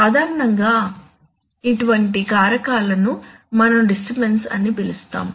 సాధారణంగా ఇటువంటి కారకాలను మనం డిస్టర్బన్స్ అని పిలుస్తాము